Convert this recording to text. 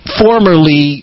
formerly